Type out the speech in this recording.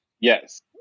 Yes